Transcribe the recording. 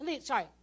Sorry